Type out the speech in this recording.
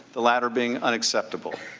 the latter being unacceptable.